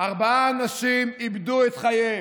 ארבעה אנשים איבדו את חייהם.